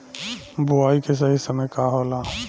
बुआई के सही समय का होला?